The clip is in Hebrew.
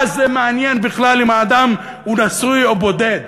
מה זה מעניין בכלל אם האדם הוא נשוי או בודד?